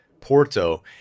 Porto